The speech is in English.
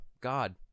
God